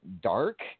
dark